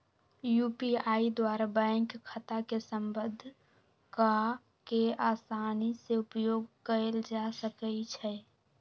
UPI द्वारा bank खता के संबद्ध कऽ के असानी से उपयोग कयल जा सकइ छै